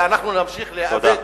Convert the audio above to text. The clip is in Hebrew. ואנחנו נמשיך להיאבק,